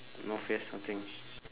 no face nothing